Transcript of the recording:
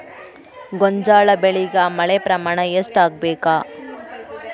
ಗೋಂಜಾಳ ಬೆಳಿಗೆ ಮಳೆ ಪ್ರಮಾಣ ಎಷ್ಟ್ ಆಗ್ಬೇಕ?